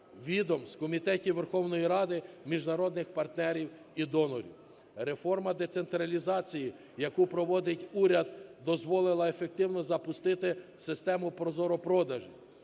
відомств, комітетів Верховної Ради, міжнародних партнерів і донорів. Реформа децентралізації, яку проводить уряд, дозволила ефективно запустити систему ProZorro.Продажі.